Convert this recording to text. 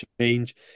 change